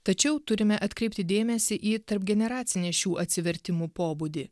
tačiau turime atkreipti dėmesį į tarpgeneracinį šių atsivertimų pobūdį